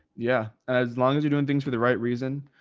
yeah. as long as you're doing things for the right reason,